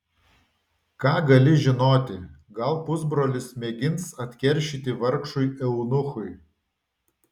ką gali žinoti gal pusbrolis mėgins atkeršyti vargšui eunuchui